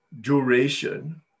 duration